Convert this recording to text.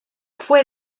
fue